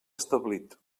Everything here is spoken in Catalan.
establit